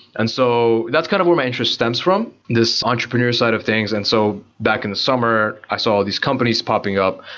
and so that's kind of where my interest stems from, this entrepreneur side of things. and so back in the summer, i saw all these companies popping up.